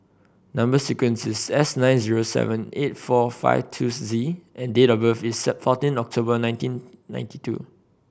number sequence is S nine zero seven eight four five two Z and date of birth is fourteen October nineteen ninety two